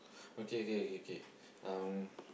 okay okay okay okay um